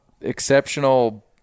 exceptional